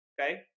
Okay